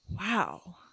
Wow